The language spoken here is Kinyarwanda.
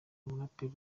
umuraperi